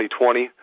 2020